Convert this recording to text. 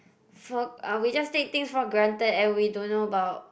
for ah we just take things for granted and we don't know about